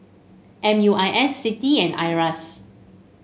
M U I S CITI and Iras